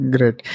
Great